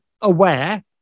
aware